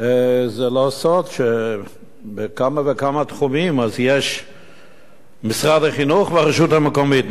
זה לא סוד שבכמה וכמה תחומים יש משרד החינוך והרשות המקומית,